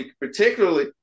particularly